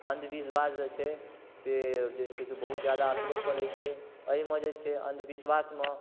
अंधविश्वास जे छै से जे छै से जे छै बहुत जादा असरो करै छै एहिमे जे छै अंधविश्वासमे